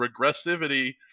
Regressivity